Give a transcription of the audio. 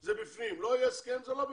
זה בפנים, לא יהיה הסכם זה לא בפנים.